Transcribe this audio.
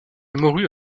mourut